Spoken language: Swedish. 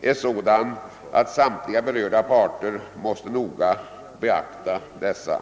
är så stora, att samtliga berörda parter måste noga beakta dessa.